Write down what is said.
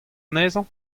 anezhañ